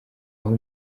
aho